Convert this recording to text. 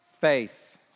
faith